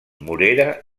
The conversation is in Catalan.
morera